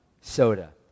soda